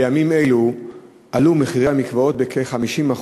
בימים אלו עלו מחירי הכניסה למקוואות בכ-50%.